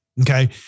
okay